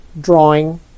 Drawing